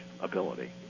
ability